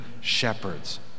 shepherds